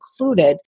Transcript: included